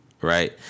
right